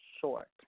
short